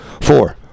Four